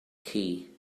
key